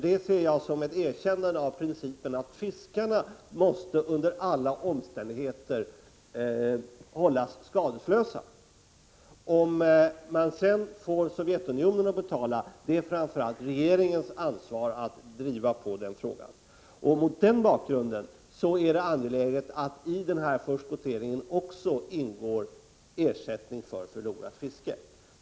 Det ser jag som ett erkännnande av principen att fiskarna under alla omständigheter måste hållas skadeslösa. Att sedan driva på för att få Sovjetunionen att betala är framför allt regeringens ansvar. Mot den bakgrunden är det angeläget att det i förskotteringen också ingår ersättning för förlorat fiske.